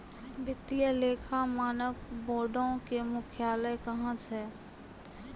वित्तीय लेखा मानक बोर्डो के मुख्यालय कहां छै?